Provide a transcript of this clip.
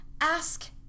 Ask